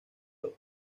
los